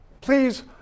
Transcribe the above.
Please